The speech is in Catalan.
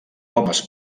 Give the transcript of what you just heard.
homes